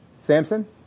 Samson